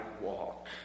walk